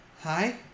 Hi